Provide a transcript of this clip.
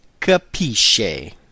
capisce